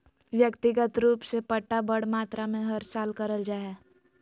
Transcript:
व्यक्तिगत रूप से पट्टा बड़ मात्रा मे हर साल करल जा हय